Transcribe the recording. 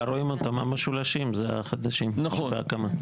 רואים אותם, המשולשים זה החדשים שבהקמה.